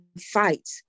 fight